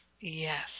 Yes